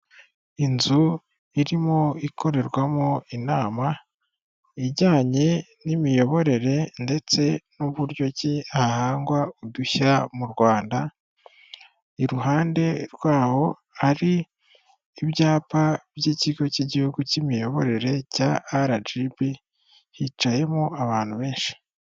Inzu irimo ikorerwamo inama ijyanye n'imiyoborere ndetse n'uburyo ki hahangwa udushya mu Rwanda, iruhande rwaho hari ibyapa by'ikigo cy'igihugu cy'imiyoborere cya RGB hicayemo abantu benshi.